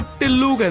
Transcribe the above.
tillu? and